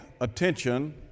attention